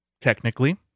technically